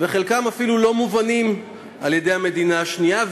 וחלקם אפילו לא מובנים למדינה השנייה,